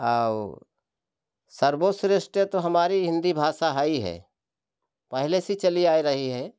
आऊ सर्वश्रेष्ठ तो हमारी हिंदी भाषा है ही है पहले से चली आए रही है